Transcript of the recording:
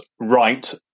right